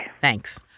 Thanks